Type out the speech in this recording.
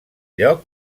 lloc